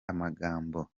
amagambo